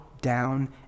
down